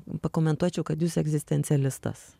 pakomentuočiau kad jūs egzistencialistas